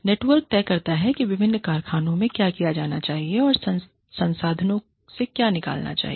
network तय करता हैविभिन्न कारखानों में क्या किया जाना चाहिए और संसाधनों से क्या निकालना है